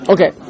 Okay